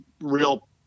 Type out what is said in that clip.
real